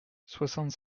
soixante